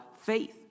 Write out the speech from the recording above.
faith